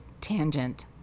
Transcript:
tangent